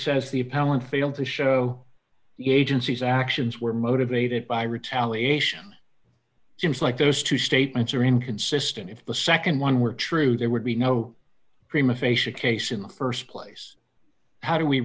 says the appellant failed to show the agency's actions were motivated by retaliation seems like those two statements are inconsistent if the nd one were true there would be no prima facia case in the st place how do we